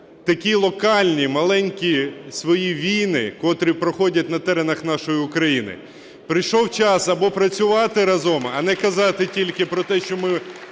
такі локальні маленькі свої війни, котрі проходять на теренах нашої України. Прийшов час або працювати разом, а не казати тільки про те, що ми